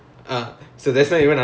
oh okay K K K